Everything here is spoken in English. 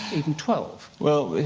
even twelve? well,